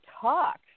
talk